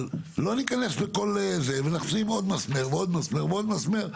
אבל לא ניכנס לכל זה ונשים עוד מסמר ועוד מסמר ועוד מסמר,